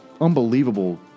unbelievable